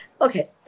Okay